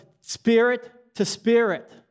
spirit-to-spirit